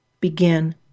begin